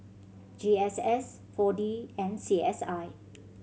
G S S Four D and C S I